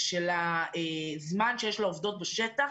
של הזמן שיש לעובדות בשטח.